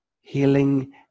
healing